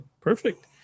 perfect